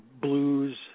blues